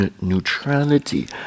neutrality